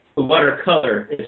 Watercolor